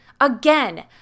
Again